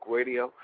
Radio